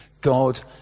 God